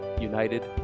united